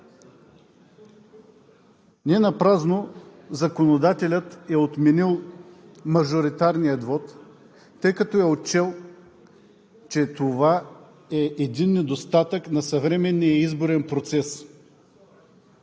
Ненапразно законодателят е отменил мажоритарния вот, тъй като е отчел, че това е един недостатък на съвременния изборен процес.